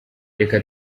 reka